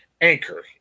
Anchor